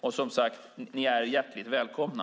Och, som sagt, ni är hjärtligt välkomna.